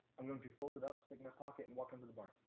i'm going to fold it up to take my pocket and walk him to the bar